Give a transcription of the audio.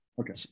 Okay